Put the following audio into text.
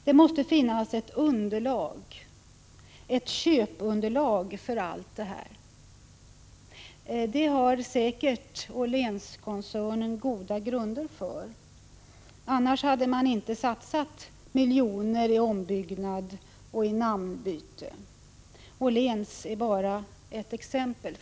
Det måste finnas ett underlag, ett köpunderlag för allt detta. Säkert har Åhlénskoncernen goda grunder för att satsa miljoner i ombyggnad och namnbyte. Åhléns är givetvis bara ett exempel.